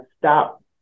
stop